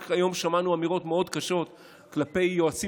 רק היום שמענו אמירות מאוד קשות כלפי יועצים